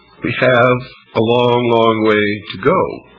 we have a long, long, way to go